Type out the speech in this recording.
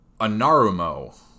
Anarumo